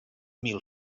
mil